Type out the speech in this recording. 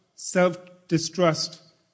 self-distrust